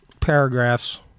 paragraphs